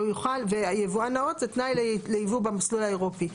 ויבואן נאות זה תנאי לייבוא במסלול האירופי.